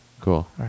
Cool